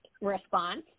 response